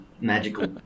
magical